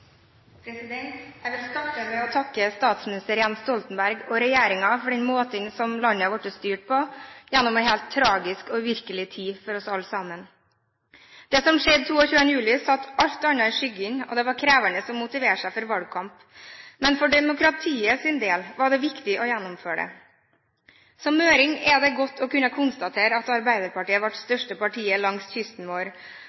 helt tragisk og uvirkelig tid for oss alle. Det som skjedde 22. juli, satte alt annet i skyggen, og det var krevende å motivere seg for valgkamp. Men for demokratiet sin del var det viktig å gjennomføre det. Som møring er det godt å kunne konstatere at Arbeiderpartiet